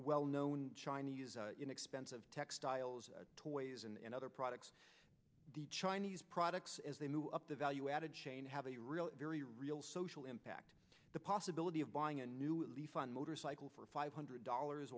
well known chinese inexpensive textiles toys and other products the chinese products as they move up the value added chain have a real very real social impact the possibility of buying a new leaf on motorcycle for five hundred dollars